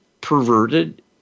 perverted